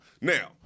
Now